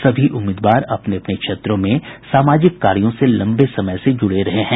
सभी उम्मीदवार अपने अपने क्षेत्रों में सामाजिक कार्यों से लम्बे समय से जुड़े रहे हैं